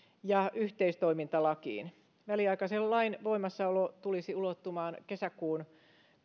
ja yhteistoimintalakiin väliaikaisen lain voimassaolo tulisi ulottumaan kesäkuun